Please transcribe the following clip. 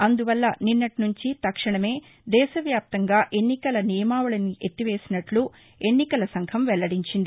అందుపల్ల నిన్నటీనుంచి తక్షణమే దేశ వ్యాప్తంగా ఎన్నికల నియమావళిని ఎత్తివేసినట్లు ఎన్నికల సంఘం వెల్లడించింది